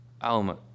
Alma